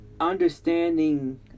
understanding